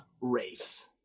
race